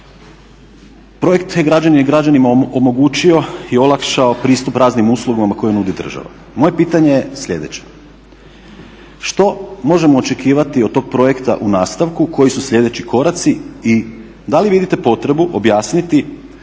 E-građani je građanima omogućio i olakšao pristup raznim uslugama koje nudi država. Moje pitanje je sljedeće, što možemo očekivati od tog projekta u nastavku, koji su sljedeći koraci i da li vidite potrebu objasniti